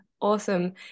awesome